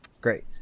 Great